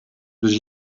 dus